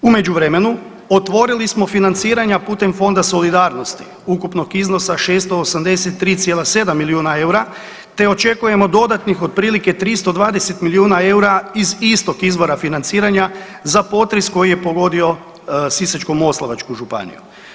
U međuvremenu, otvorili smo financiranja putem Fonda solidarnosti ukupnog iznosa 683,7 milijuna eura te očekujemo dodatnih, otprilike 320 milijuna eura iz istog izvora financiranja za potres koji je pogodio Sisačko-moslavačku županiju.